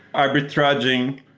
arbitraging.